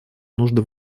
нужды